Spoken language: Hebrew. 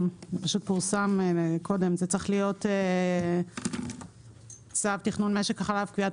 צריך להיות צו תכנון משק החלב (קביעת